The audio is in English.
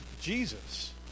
Jesus